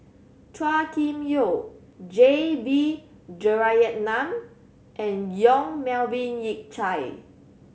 Chua Kim Yeow J B Jeyaretnam and Yong Melvin Yik Chye